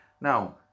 now